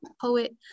poet